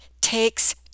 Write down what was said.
takes